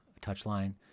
touchline